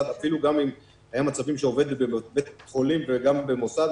גם אם היו מצבים שהעובד עובד בבית חולים וגם במוסד,